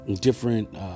different